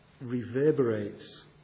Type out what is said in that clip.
reverberates